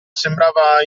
sembrava